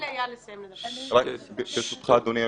אדוני היושב-ראש,